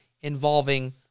involving